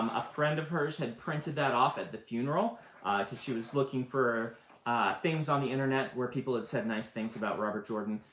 a friend of hers had printed that off at the funeral, because she was looking for things on the internet where people had said nice things about robert jordan.